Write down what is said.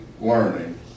learning